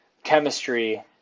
chemistry